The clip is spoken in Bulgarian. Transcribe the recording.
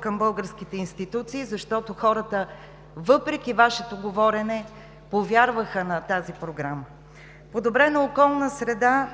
към българските институции, защото хората, въпреки Вашето говорене, повярваха на тази Програма; подобрена околна среда